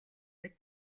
мэт